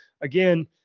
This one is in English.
Again